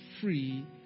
free